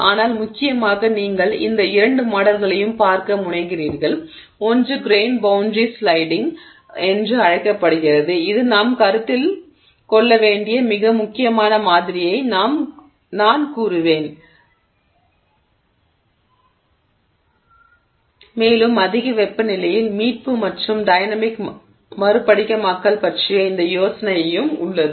ஆனால் முக்கியமாக நீங்கள் இந்த இரண்டு மாடல்களையும் பார்க்க முனைகிறீர்கள் ஒன்று கிரெய்ன் பௌண்டரி ஸ்லைடிங் என்று அழைக்கப்படுகிறது இது நாம் கருத்தில் கொள்ள வேண்டிய மிக முக்கியமான மாதிரியை நான் கூறுவேன் மேலும் அதிக வெப்பநிலையில் மீட்பு மற்றும் டைனமிக் மறுபடிகமாக்கல் பற்றிய இந்த யோசனையும் உள்ளது